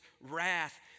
wrath